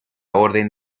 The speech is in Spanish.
orden